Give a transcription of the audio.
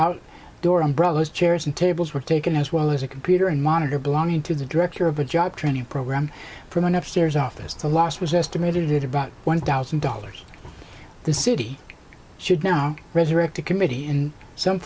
out door umbrellas chairs and tables were taken as well as a computer and monitor belonging to the director of a job training program from an upstairs office to last was estimated at about one thousand dollars the city should now resurrect a committee and some